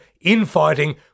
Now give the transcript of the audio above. infighting